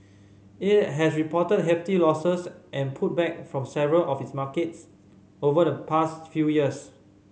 it has reported hefty losses and pulled back from several of its markets over the past few years